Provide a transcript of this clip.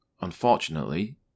Unfortunately